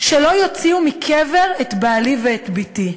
שלא יוציאו מקבר את בעלי ואת בתי?